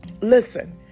Listen